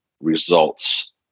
results